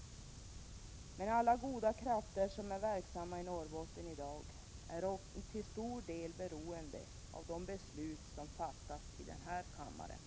Men alla goda krafter som är verksamma i Norrbotten i dag är till stor del beroende av de beslut som fattas i den här kammaren.